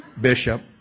bishop